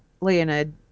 Leonid